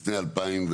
לפני 2008?